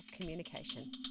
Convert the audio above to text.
Communication